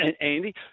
Andy